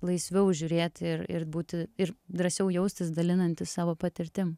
laisviau žiūrėti ir ir būti ir drąsiau jaustis dalinantis savo patirtim